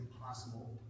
impossible